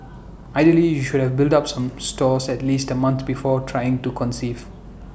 ideally you should have built up some stores at least A month before trying to conceive